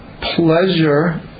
pleasure